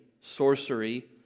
sorcery